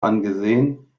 angesehen